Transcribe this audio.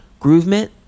Groovement